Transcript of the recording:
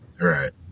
Right